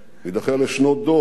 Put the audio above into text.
יידחה לשנות דור,